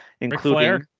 including